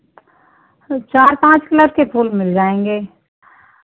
चार पाँच कलर के फूल मिल जाएँगे